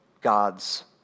God's